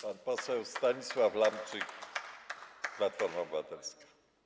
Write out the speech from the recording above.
Pan poseł Stanisław Lamczyk, Platforma Obywatelska.